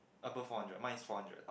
above four hundred mine is four hundred